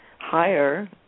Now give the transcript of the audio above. higher